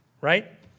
right